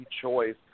choice